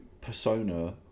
Persona